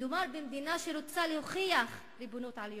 מדובר במדינה שרוצה להוכיח ריבונות על ירושלים,